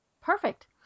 Perfect